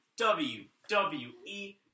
WWE